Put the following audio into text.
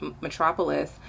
metropolis